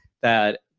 that-